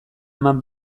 eman